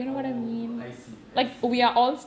oh I see isee